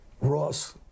Ross